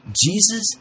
Jesus